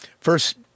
first